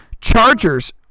Chargers